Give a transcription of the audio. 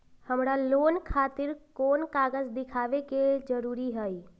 हमरा लोन खतिर कोन कागज दिखावे के जरूरी हई?